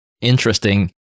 interesting